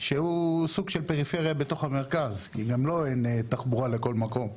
שזה סוג של פריפריה בתוך המרכז כי גם לו אין תחבורה לכל מקום.